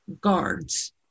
guards